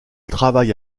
travaille